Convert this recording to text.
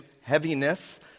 heaviness